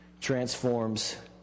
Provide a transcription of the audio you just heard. transforms